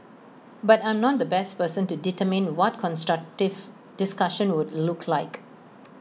but I am not the best person to determine what constructive discussion would look like